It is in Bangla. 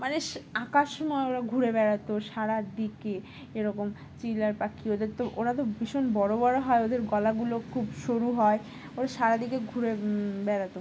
মানে স আঁকার সময় ওরা ঘুরে বেড়াতো সারা দিকে এরকম চড়ার পাখি ওদের তো ওরা তো ভীষণ বড়ো বড়ো হয় ওদের গলাগুলো খুব সরু হয় ওরা সারাদিকে ঘুরে বেড়াতো